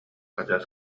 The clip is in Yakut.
адьас